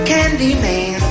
Candyman